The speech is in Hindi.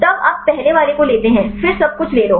तब आप पहले वाले को लेते हैं फिर सब कुछ ले लो